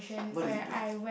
what did you do